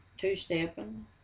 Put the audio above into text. two-stepping